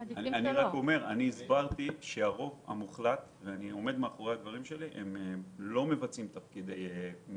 אני הסברתי שהרוב המוחלט לא מבצעים תפקידים